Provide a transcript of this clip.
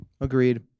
Agreed